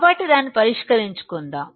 కాబట్టి దాన్ని పరిష్కరించుకుందాం